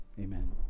Amen